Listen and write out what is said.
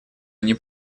они